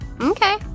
Okay